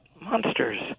monsters